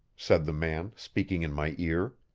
said the man, speaking in my ear.